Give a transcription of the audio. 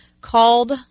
called